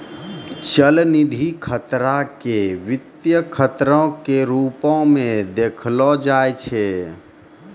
चलनिधि खतरा के वित्तीय खतरो के रुपो मे देखलो जाय छै